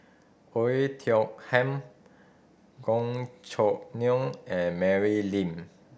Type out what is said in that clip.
Oei Tiong Ham Gan Choo Neo and Mary Lim